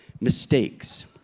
Mistakes